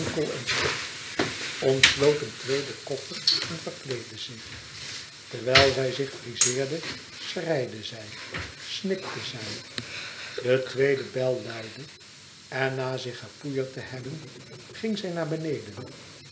en stof ontsloot een tweeden koffer en verkleedde zich terwijl zij zich frizeerde schreide zij snikte zij de tweede bel luidde en na zich gepoeierd te hebben ging zij naar beneden